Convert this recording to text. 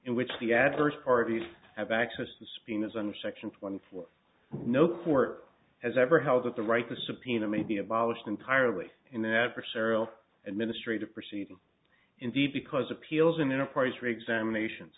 in which the adverse parties have access to spin as under section twenty four no court has ever held with the right to subpoena may be abolished entirely in adversarial administrative proceeding indeed because appeals in enterprise for examinations